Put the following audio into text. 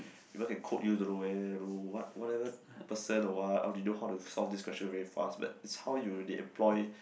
people can quote you don't know where don't know what whatever person or what or they know how to solve this question very fast but it's how you they employ